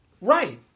Right